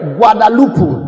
Guadalupe